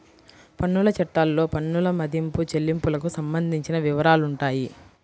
పన్నుల చట్టాల్లో పన్నుల మదింపు, చెల్లింపులకు సంబంధించిన వివరాలుంటాయి